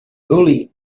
bully